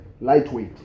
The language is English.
lightweight